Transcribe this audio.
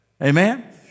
Amen